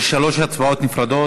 יש שלוש הצבעות נפרדות.